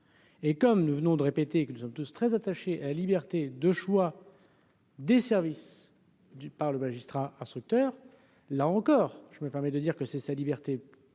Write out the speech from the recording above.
et, comme nous venons de répéter que nous sommes tous très attachés à la liberté de choix. Des services du par le magistrat instructeur, là encore, je me permets de dire que c'est sa liberté